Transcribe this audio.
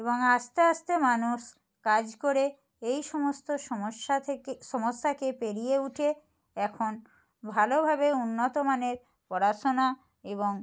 এবং আস্তে আস্তে মানুষ কাজ করে এই সমস্ত সমস্যা থেকে সমস্যাকে পেরিয়ে উঠে এখন ভালোভাবে উন্নত মানের পড়াশোনা এবং